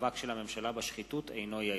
המאבק של הממשלה בשחיתות אינו יעיל,